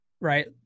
right